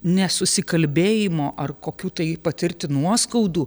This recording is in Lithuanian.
nesusikalbėjimo ar kokių tai patirti nuoskaudų